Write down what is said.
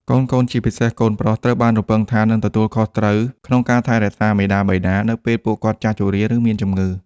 កូនៗ ជាពិសេសកូនប្រុស ត្រូវបានរំពឹងថានឹងទទួលខុសត្រូវក្នុងការថែរក្សាមាតាបិតា នៅពេលពួកគាត់ចាស់ជរា ឬមានជំងឺ។